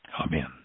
Amen